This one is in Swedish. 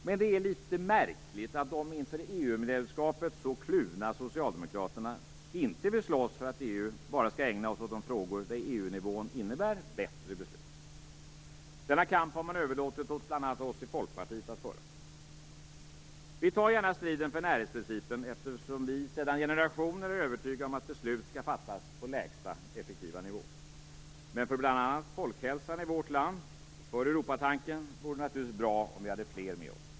Men det är litet märkligt att de inför EU medlemskapet så kluvna socialdemokraterna inte vill slåss för att EU bara skall ägna sig åt de frågor där EU-nivån innebär bättre beslut. Denna kamp har man överlåtit åt bl.a. oss i Folkpartiet att föra. Vi tar gärna striden för närhetsprincipen eftersom vi sedan generationer är övertygade om att beslut skall fattas på lägsta effektiva nivå. Men för bl.a. folkhälsan i vårt land och för Europatanken vore det naturligtvis bra om vi hade fler med oss.